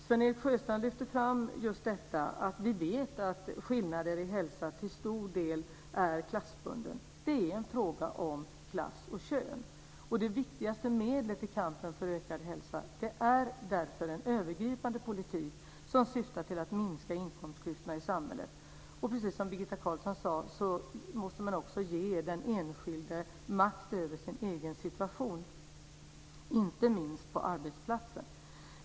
Sven-Erik Sjöstrand lyfte fram att vi vet att skillnader i hälsa till stor del är klassbunden. Det är en fråga om klass och kön. Det viktigaste medlet i kampen för ökad hälsa är därför en övergripande politik som syftar till att minska inkomstklyftorna i samhället. Precis som Birgitta Carlsson sade måste man också ge den enskilde makt över sin egen situation, inte minst på arbetsplatsen.